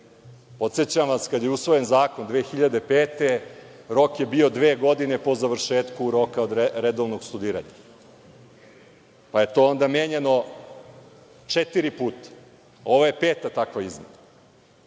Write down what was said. Podsećam vas kada je usvojen zakon 2005. godine. rok je bio dve godine po završetku roka od redovnog studiranja, pa je to onda menjano četiri puta. Ovo je peta takva